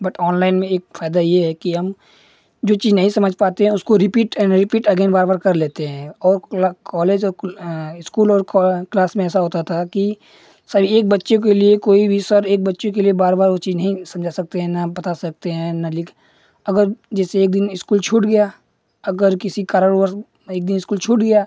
but online में एक फायदा ये है कि हम जो चीज नही समझ पाते हैं उसको रिपीट एने रिपीट अगेन बार बार कर लेते हैं और कॉलेज और कुल इस्कूल और क्लास में ऐसा होता था कि सर एक बच्चे के लिए कोई भी सर एक बच्चे के लिए बार बार वो चीज नहीं समझा सकते हैं न बता सकते हैं न लिख अगर जैसे एक दिन इस्कूल छूट गया अगर किसी कारणवश एक दिन इस्कूल छूट गया